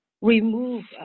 Remove